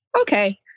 Okay